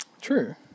True